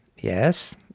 Yes